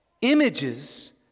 images